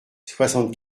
soixante